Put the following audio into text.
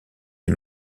des